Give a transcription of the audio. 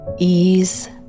Ease